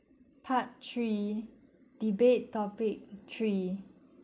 part three debate topic three